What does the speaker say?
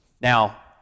Now